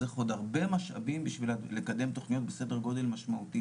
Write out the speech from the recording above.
צריך עוד הרבה משאבים בשביל לקדם תכניות בסדר גודל משמעותי